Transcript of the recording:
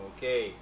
Okay